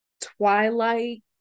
twilight